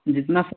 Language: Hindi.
जितना स